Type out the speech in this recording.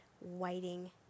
waiting